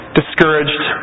discouraged